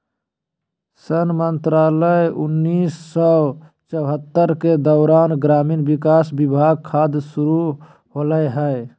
सन मंत्रालय उन्नीस सौ चैह्त्तर के दौरान ग्रामीण विकास विभाग खाद्य शुरू होलैय हइ